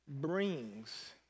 brings